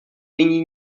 nyní